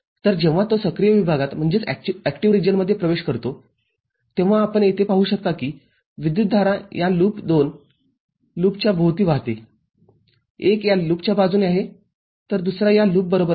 तरजेव्हा तो सक्रिय विभागात प्रवेश करतो तेव्हा आपण येथे पाहू शकता की विद्युतधारा या लूप २लूप च्या भोवती वाहते एक या लूपच्या बाजूने आहे तर दुसरा या लूप बरोबर आहे